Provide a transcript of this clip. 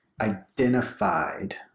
identified